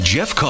Jeff